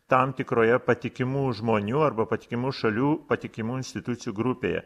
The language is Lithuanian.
tam tikroje patikimų žmonių arba patikimų šalių patikimų institucijų grupėje